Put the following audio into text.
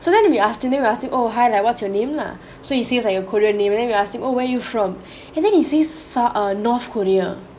so then we asked him and we asked him oh hi what's your name lah so he says like a korean name and if you ask him oh where you from and then he say south err north korea